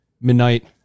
Midnight